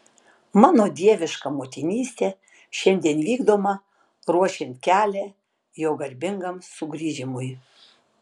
mano dieviška motinystė šiandien vykdoma ruošiant kelią jo garbingam sugrįžimui